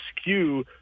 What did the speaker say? skew